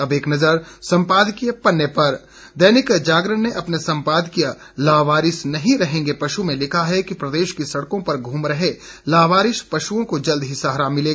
अब एक नज़र सम्पादकीय पन्ने पर दैनिक जागरण ने अपने संपादकीय लावारिस नहीं रहेंगे पशू में लिखा है कि प्रदेश की सड़कों पर घूम रहे लावारिस पशुओं को जल्द ही सहारा मिलेगा